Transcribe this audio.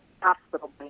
hospital